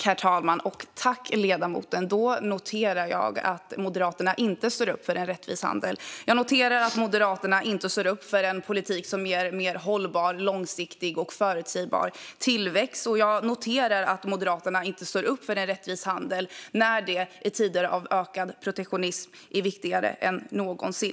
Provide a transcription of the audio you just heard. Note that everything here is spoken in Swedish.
Herr talman! Tack för svaret, ledamoten! Då noterar jag att Moderaterna inte står upp för en rättvis handel. Jag noterar att Moderaterna inte står upp för en politik som ger mer hållbar, långsiktig och förutsägbar tillväxt. Jag noterar att Moderaterna inte står upp för en rättvis handel i tider av ökad protektionism, när den är viktigare än någonsin.